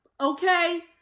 okay